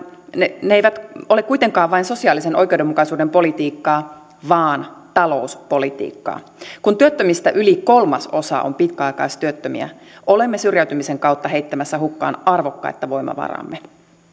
ne ne eivät ole kuitenkaan vain sosiaalisen oikeudenmukaisuuden politiikkaa vaan talouspolitiikkaa kun työttömistä yli kolmasosa on pitkäaikaistyöttömiä olemme syrjäytymisen kautta heittämässä hukkaan arvokkainta voimavaraamme